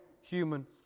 human